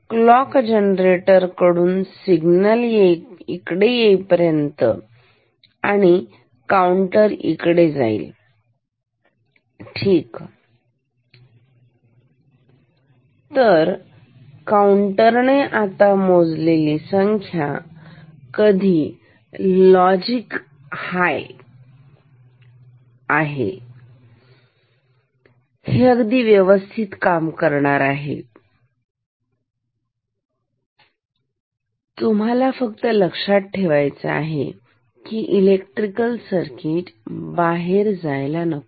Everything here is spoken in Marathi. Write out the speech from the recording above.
तर क्लॉक जनरेटर कडून सिग्नल इकडे येईन आणि काउंटर कडे जाईल ठीक तर काउंटर आता मोजेल संख्या कधी लॉजिक हाय आहे हे अगदी व्यवस्थित काम करणार आहे तुम्हाला फक्त असं लक्षात ठेवायचा आहे की इलेक्ट्रिकल सर्किट बाहेर जायला नको